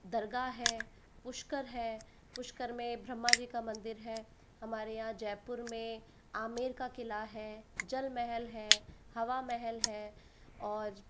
दरगाह है पुष्कर है पुष्कर में ब्रह्मा जी का मंदिर है हमारे यहाँ जयपुर में आमेर का किला है जल महल है हवा महल है और